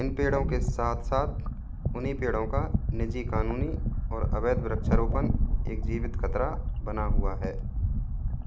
इन पेड़ों के साथ साथ उन्हीं पेड़ों का निजी कानूनी और अवैध वृक्षारोपण एक जीवित ख़तरा बना हुआ है